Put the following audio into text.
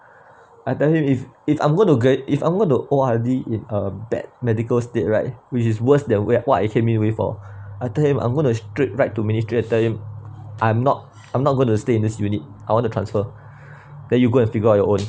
I tell him if if I'm gonna get if I'm going to O_R_D in a bad medical state right which is worse than whe~ what I came in with for I tell him I'm going to straight right to ministry I tell him I'm not I'm not gonna stay in this unit I want to transfer then you go and figure out your own